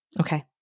Okay